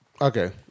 okay